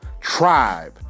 tribe